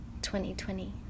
2020